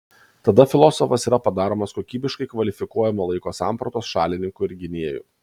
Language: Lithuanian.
tada filosofas yra padaromas kokybiškai kvalifikuojamo laiko sampratos šalininku ir gynėju